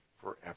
forever